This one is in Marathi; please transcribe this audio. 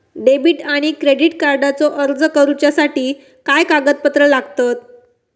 डेबिट आणि क्रेडिट कार्डचो अर्ज करुच्यासाठी काय कागदपत्र लागतत?